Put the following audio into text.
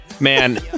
man